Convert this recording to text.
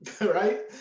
Right